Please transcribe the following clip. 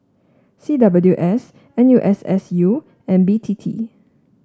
C W S N U S S U and B T T